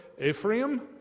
ephraim